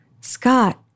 Scott